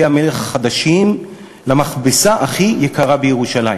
המלך החדשים" למכבסה הכי יקרה בירושלים,